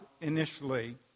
initially